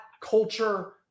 culture